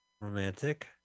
romantic